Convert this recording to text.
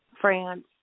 France